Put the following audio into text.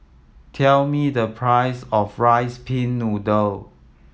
tell me the price of rice pin noodle